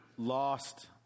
lost